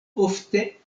ofte